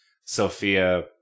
Sophia